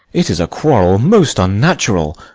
it is a quarrel most unnatural,